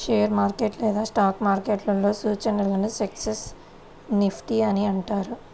share market లేదా stock మార్కెట్లో సూచీలను సెన్సెక్స్, నిఫ్టీ అని అంటారు